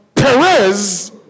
Perez